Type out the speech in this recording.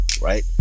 Right